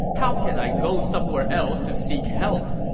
how can i go somewhere else to seek help?